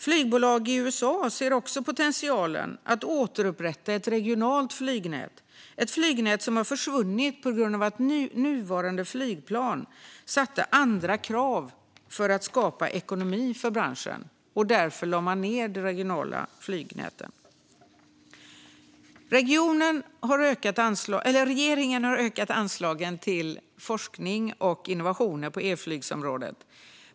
Flygbolag i USA ser också potential att återupprätta ett regionalt flygnät, något som har försvunnit på grund av att nuvarande flygplan ställer andra krav för att ge ekonomi för branschen - man lade därför ned det regionala flygnätet. Regeringen har ökat anslagen till forskning och innovationer på elflygsområdet.